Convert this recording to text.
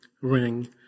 ring